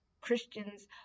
Christians